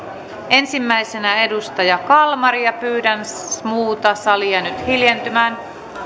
ensimmäisenä edustaja kalmari ja pyydän muuta salia nyt hiljentymään